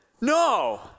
no